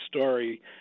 story